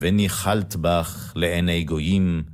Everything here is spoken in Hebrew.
וניחלת בך לעיני גויים